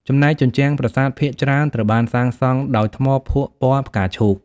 ចំណែកជញ្ជាំងប្រាសាទភាគច្រើនត្រូវបានសាងសង់ដោយថ្មភក់ពណ៌ផ្កាឈូក។